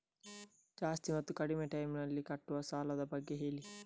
ಜಾಸ್ತಿ ಮತ್ತು ಕಡಿಮೆ ಟೈಮ್ ನಲ್ಲಿ ಕಟ್ಟುವ ಸಾಲದ ಬಗ್ಗೆ ಹೇಳಿ